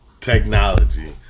Technology